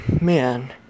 man